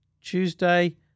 Tuesday